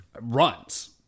runs